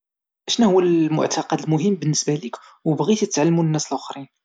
شناهوا المعتقد المهم بالنسبة ليك وبغيتي تعلموا للناس الآخرين؟